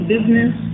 business